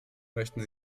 möchten